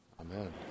Amen